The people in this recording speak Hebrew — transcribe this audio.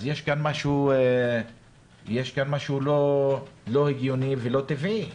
יש כאן משהו לא הגיוני ולא טבעי.